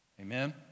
Amen